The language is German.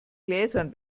gläsern